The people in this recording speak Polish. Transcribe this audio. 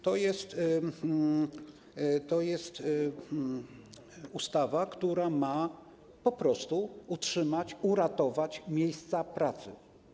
To jest ustawa, która ma po prostu utrzymać, uratować miejsca pracy.